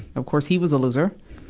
of course, he was a loser.